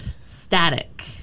static